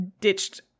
ditched